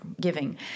giving